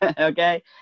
okay